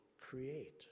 create